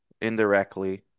indirectly